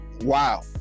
wow